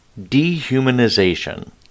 dehumanization